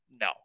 No